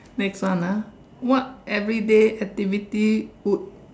next one ah what everyday activity would